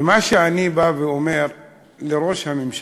ומה שאני אומר לראש הממשלה: